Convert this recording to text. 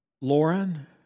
Lauren